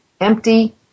empty